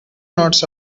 notes